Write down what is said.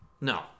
No